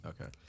okay